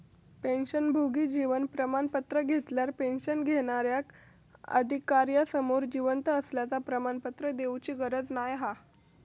पेंशनभोगी जीवन प्रमाण पत्र घेतल्यार पेंशन घेणार्याक अधिकार्यासमोर जिवंत असल्याचा प्रमाणपत्र देउची गरज नाय हा